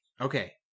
Okay